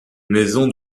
maisons